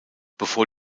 bevor